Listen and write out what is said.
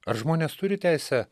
ar žmonės turi teisę